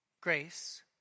grace